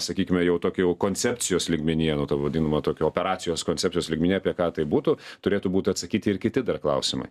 sakykime jau tokį jau koncepcijos lygmenyje nu ta vadinama tokia operacijos koncepcijos lygmenyje apie ką tai būtų turėtų būt atsakyti ir kiti dar klausimai